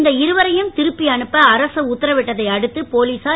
இந்த இருவரும் பின்னர் இருப்பி அனுப்ப அரசு உத்தரவிட்டதை அடுத்த போலீசார்